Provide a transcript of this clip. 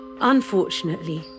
Unfortunately